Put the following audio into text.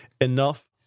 enough